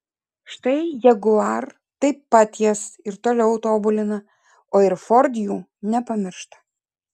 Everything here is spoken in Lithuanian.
štai jaguar taip pat jas ir toliau tobulina o ir ford jų nepamiršta